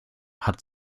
hat